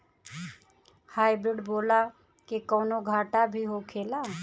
Hybrid बोला के कौनो घाटा भी होखेला?